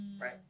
Right